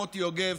מוטי יוגב,